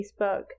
Facebook